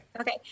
Okay